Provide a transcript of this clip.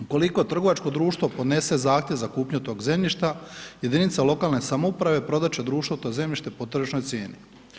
Ukoliko trgovačko društvo podnese zahtjev za kupnju tog zemljišta jedinica lokalne samouprave prodat će društvu to zemljište po tržišnoj cijeni.